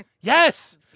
Yes